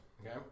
Okay